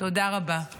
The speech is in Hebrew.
תודה רבה.